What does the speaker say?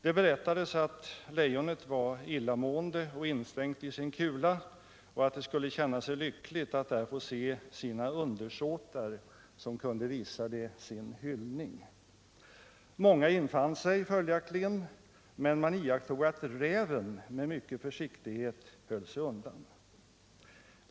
Det berättas att lejonet var illamående och instängt i sin kula och att det skulle känna sig lyckligt att där få se sina undersåtar, som kunde visa det sin hyllning. Många infann sig följaktligen, men man iakttog att räven med stor försiktighet höll sig undan.